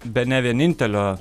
bene vienintelio